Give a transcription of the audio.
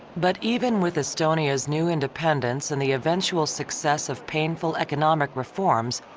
but even with estonia's new independence and the eventual success of painful economic reforms,